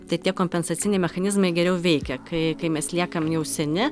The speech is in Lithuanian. tai tie kompensaciniai mechanizmai geriau veikia kai kai mes liekam jau seni